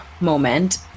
moment